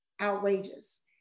outrageous